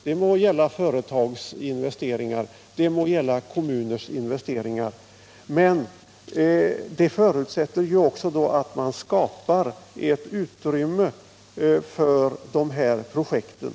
Det må gälla företagsinvesteringar, det må gälla kommuners investeringar, men det förutsätter att man skapar ett utrymme för de projekten.